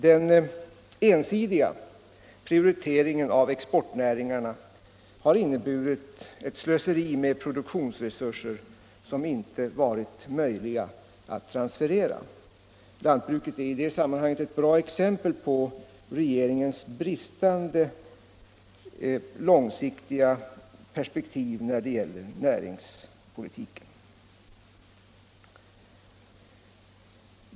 Den ensidiga prioriteringen av exportnäringarna har inneburit ett slöseri med produktionsresurser vilka inte varit möjliga att transferera. Lantbruket är i det sammanhanget ett bra exempel på regeringens bristande långsiktiga perspektiv i näringspolitiken.